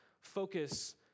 focus